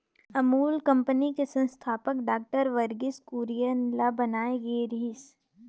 Amul company के संस्थापक doctor Verghese Kurien ल बनाए गे रिहिस